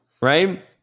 right